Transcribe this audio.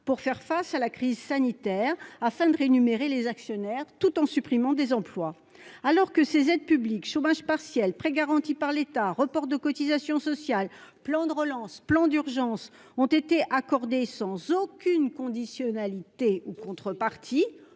à faire face à la crise sanitaire pour rémunérer leurs actionnaires, tout en supprimant des emplois. Ces aides publiques- chômage partiel, prêts garantis par l'État, reports de cotisations sociales, plan de relance, plan d'urgence -ont été accordées sans aucune conditionnalité ou contrepartie